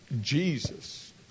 Jesus